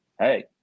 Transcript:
hey